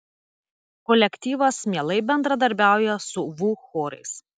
kolektyvas mielai bendradarbiauja su vu chorais